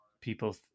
people